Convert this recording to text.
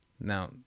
Now